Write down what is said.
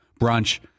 brunch